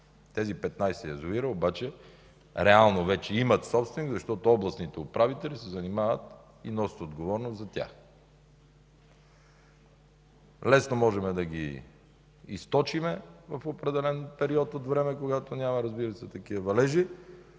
Тези 15 язовира обаче вече имат собственик, защото областните управители се занимават и носят отговорност за тях. Лесно можем да ги източим в определен период от време, когато няма валежи,